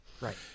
Right